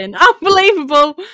Unbelievable